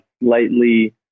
lightly